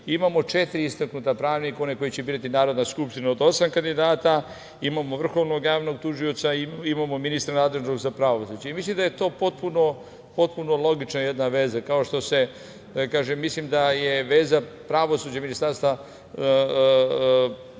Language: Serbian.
Imamo četiri istaknuta pravnika koje će birati Narodna skupština od osam kandidata, imamo Vrhovnog javnog tužioca i imamo ministra nadležnog za pravosuđe. Mislim da je to potpuno logična jedna veza i mislim da je veza pravosuđa i Ministarstva